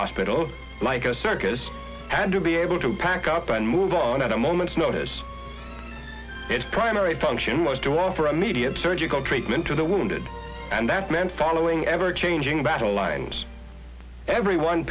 hospital like a circus had to be able to pack up and move on at a moment's notice its primary function was to offer a media surgical treatment to the wounded and that meant following ever changing battle lines everyone